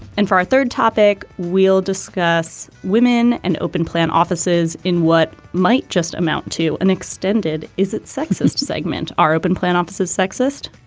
and for our third topic, we'll discuss women and open plan offices in what might just amount to an extended. is it sexist to segment our open plan office sexist?